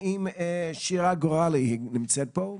האם שירה גורלי נמצאת פה?